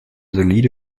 solide